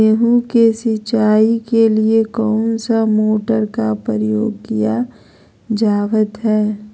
गेहूं के सिंचाई के लिए कौन सा मोटर का प्रयोग किया जावत है?